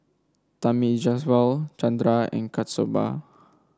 Thamizhavel Chandra and Kasturba